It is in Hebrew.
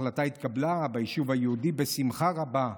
ההחלטה התקבלה ביישוב היהודי בשמחה רבה,